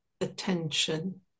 attention